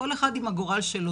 כל אחד עם הגורל שלו,